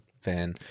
fan